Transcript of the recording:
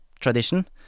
tradition